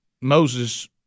Moses—